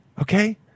Okay